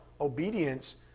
obedience